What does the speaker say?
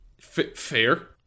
Fair